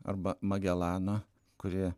arba magelano kurie